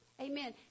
Amen